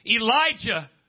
Elijah